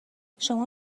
شما